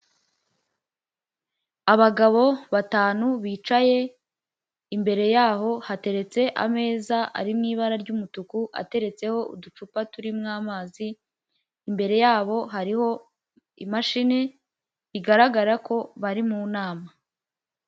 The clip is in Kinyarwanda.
Abagabo batanu bicaye, imbere yaho hateretse ameza ari mu ibara ry'umutuku ateretseho uducupa turirimo amazi, imbere yabo hariho imashini igaragara ko bari mu nama.